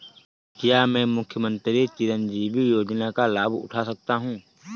क्या मैं मुख्यमंत्री चिरंजीवी योजना का लाभ उठा सकता हूं?